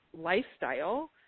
lifestyle